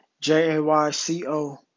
J-A-Y-C-O